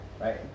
Right